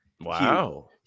wow